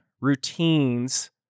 routines